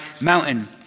mountain